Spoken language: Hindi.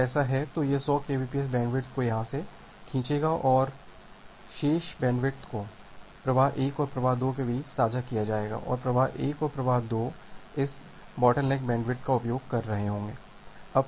अगर ऐसा है तो यह 100 केबीपीएस बैंडविड्थ को यहां से खींचेगा और शेष बैंडविड्थ को प्रवाह 1 और प्रवाह 2 के बीच साझा किया जाएगा और प्रवाह 1 और प्रवाह 2 इस बोटलनेक बैंडविड्थ का उपयोग कर रहे हैं